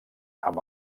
amb